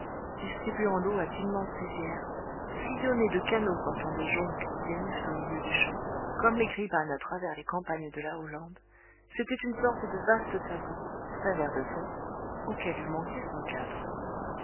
distribuant l'eau à d'immenses rizières sillonné de canaux portant des jonques qui dérivent au milieu des champs comme les gribanes à travers les campagnes de la hollande c'était une sorte de vaste tableau très vert de ton auquel eût manqué son cadre